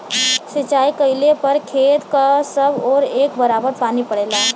सिंचाई कइले पर खेत क सब ओर एक बराबर पानी पड़ेला